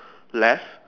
left